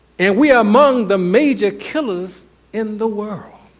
and we are among the major killers in the world.